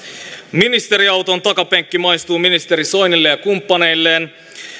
ministeriauton takapenkki maistuu ministeri soinille ja kumppaneilleen